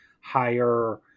higher